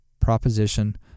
proposition